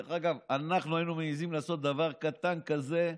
דרך אגב, אנחנו היינו מעיזים לעשות דבר קטן כזה,